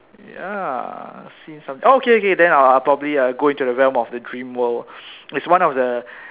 ya seen something oh okay K then I I uh probably dream go into the realm of the dream world its one of the